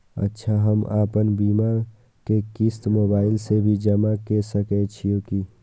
अच्छा हम आपन बीमा के क़िस्त मोबाइल से भी जमा के सकै छीयै की?